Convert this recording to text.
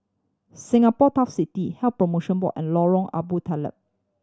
Singapore Turf City Health Promotion Board and Lorong Abu Talib